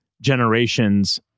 generation's